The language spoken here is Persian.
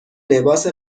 لباس